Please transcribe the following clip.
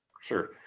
sure